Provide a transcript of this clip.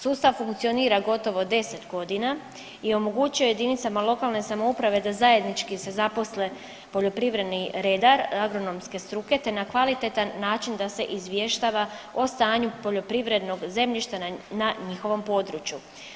Sustav funkcionira gotovo 10 godina i omogućio je jedinicama lokalne samouprave da zajednički se zaposle poljoprivredni redar agronomske struke te na kvalitetan način da se izvještava o stanju poljoprivrednog zemljišta na njihovom području.